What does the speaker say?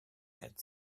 had